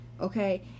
okay